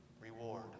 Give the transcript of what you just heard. reward